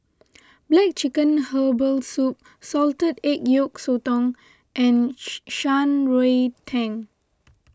Black Chicken Herbal Soup Salted Egg Yolk Sotong and Shan Rui Tang